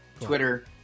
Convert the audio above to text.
Twitter